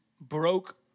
broke